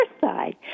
side